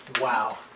wow